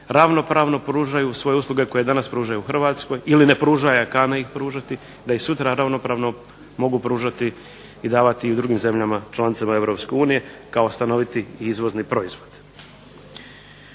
ravnopravno pružaju svoje usluge koje danas pružaju u Hrvatskoj ili ne pružaju a kane ih pružati, da ih sutra ravnopravno mogu pružati i davati drugim zemljama članicama Europske unije kao stanoviti izvozni proizvod.